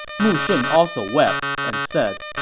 mu shun also wept and said,